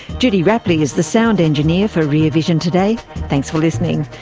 judy rapley is the sound engineer for rear vision today. thanks for listening.